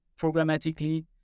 programmatically